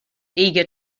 eager